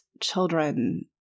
children